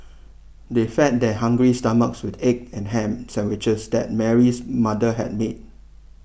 they fed their hungry stomachs with the egg and ham sandwiches that Mary's mother had made